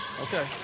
Okay